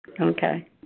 Okay